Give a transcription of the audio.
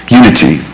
unity